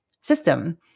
system